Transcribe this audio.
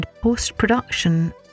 post-production